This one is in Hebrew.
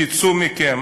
צאו משם,